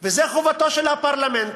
וזו חובתו של הפרלמנט.